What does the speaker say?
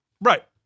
Right